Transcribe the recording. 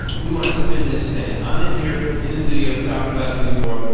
we want to spin this fan. i'm in here, in the studio, talking about swedenborg.